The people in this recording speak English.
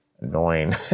annoying